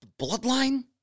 bloodline